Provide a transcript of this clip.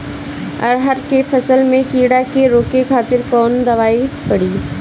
अरहर के फसल में कीड़ा के रोके खातिर कौन दवाई पड़ी?